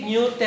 New